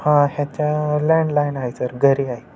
हां ह्याच्या लँडलाईन आहे सर घरी आहे